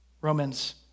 Romans